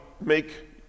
make